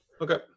Okay